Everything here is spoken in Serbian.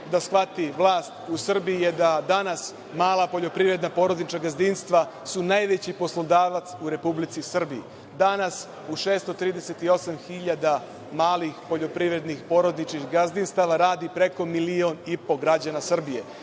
da shvati vlast u Srbiji, je da danas mala poljoprivredna porodična gazdinstva su najveći poslodavac u Republici Srbiji. Danas u 638 hiljada malih poljoprivrednih porodičnih gazdinstava radi preko milion i po građana Srbije,